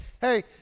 Hey